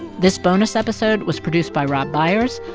this bonus episode was produced by rob byers.